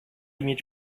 mieć